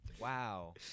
Wow